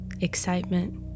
excitement